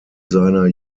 seiner